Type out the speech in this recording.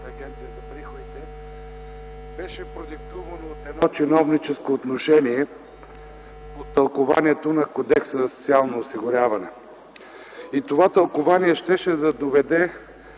агенция за приходите бяха продиктувани от едно чиновническо отношение по тълкуванието на Кодекса за социално осигуряване. И това тълкувание щеше да доведе